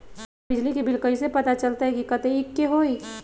हमर बिजली के बिल कैसे पता चलतै की कतेइक के होई?